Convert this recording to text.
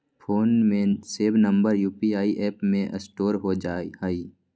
phone में save number UPI app में store हो जा हई